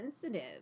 sensitive